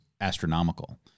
astronomical